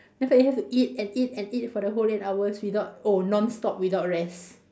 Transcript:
then after that you have to eat and eat and eat for the whole eight hours without oh non-stop without rest